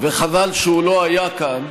וחבל שהוא לא כאן,